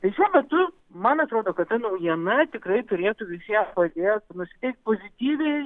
tai šiuo metu man atrodo kad ta naujiena tikrai turėtų visiems padėt nusiteikt pozityviai